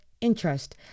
interest